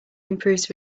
improves